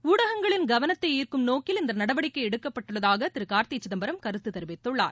ஊடகங்களின் கவனத்தை ஈர்க்கும் நோக்கில் இந்த நடவடிக்கை எடுக்கப்பட்டுள்ளதாக திரு கார்த்தி சிதம்பரம் கருத்து தெரிவித்துள்ளார்